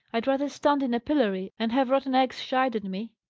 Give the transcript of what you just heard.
i'd rather stand in a pillory, and have rotten eggs shied at me.